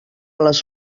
les